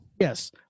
Yes